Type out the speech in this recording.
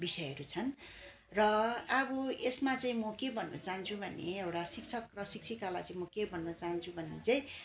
विषयहरू छन् र अब यसमा चाहिँ म के भन्नु चाहन्छु भने एउटा शिक्षक र शिक्षिकालाई चाहिँ म के भन्न चाहन्छु भने चाहिँ